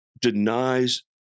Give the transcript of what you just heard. denies